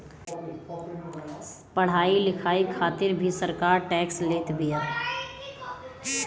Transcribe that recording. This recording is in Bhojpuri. पढ़ाई लिखाई खातिर भी सरकार टेक्स लेत बिया